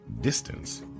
distance